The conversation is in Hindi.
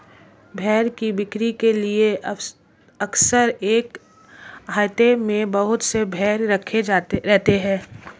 भेंड़ की बिक्री के लिए अक्सर एक आहते में बहुत से भेंड़ रखे रहते हैं